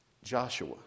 Joshua